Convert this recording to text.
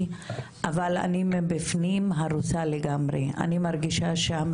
החיים מקבלים פנים חדשות שהן